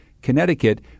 Connecticut